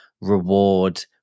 reward